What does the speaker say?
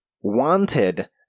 wanted